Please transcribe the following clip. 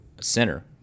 center